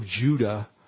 Judah